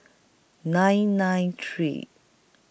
nine nine three